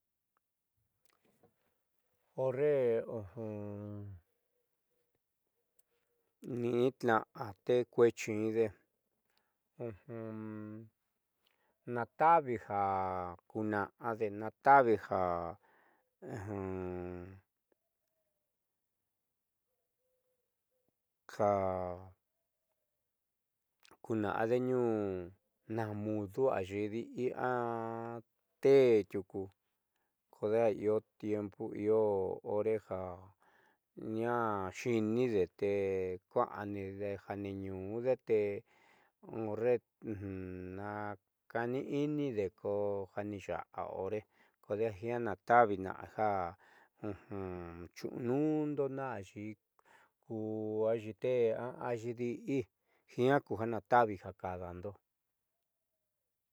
Horre ni'itna'a te kueexi inde naata'avi ja kuuna'ade naata'avi ja ja kuuna'ade tniuu nas mudu ayii di'i teé tiuku kodeja io tiempo io hore ja ñaá xiinide te kua'anide ja neenñu'ude te horre naaka'ani'inide ja nixa'a hore kodeja di jiaa naata'avi na'a ja xu'unuundo naa ayii ku ayii tee oyii di'i jiaa ku ja naata'axi ju kaadando.